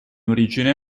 origine